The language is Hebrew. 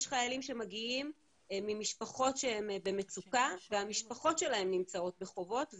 יש חיילים שמגיעים ממשפחות שהן במצוקה והמשפחות שלהן נמצאות בחובות,